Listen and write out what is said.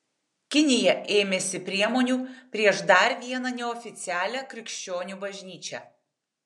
kinija ėmėsi priemonių prieš dar vieną neoficialią krikščionių bažnyčią